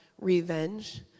revenge